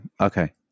okay